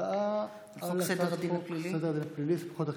להצבעה על הצעת חוק סדר הדין הפלילי (סמכויות אכיפה,